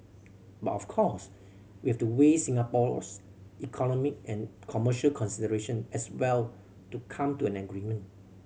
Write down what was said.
but of course we have to weigh Singapore's economic and commercial consideration as well to come to an agreement